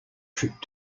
trip